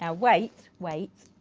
ah wait, wait,